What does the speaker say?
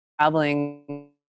traveling